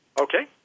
okay